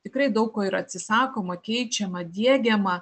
tikrai daug ko ir atsisakoma keičiama diegiama